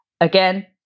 again